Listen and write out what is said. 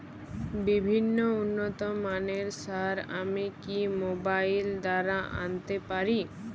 বিভিন্ন উন্নতমানের সার আমি কি মোবাইল দ্বারা আনাতে পারি?